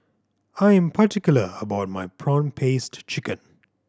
I am particular about my prawn paste chicken